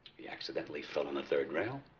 he accidentally fell in the third rail